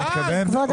--- אני מתכוון,